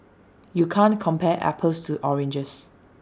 you can't compare apples to oranges